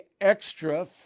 extra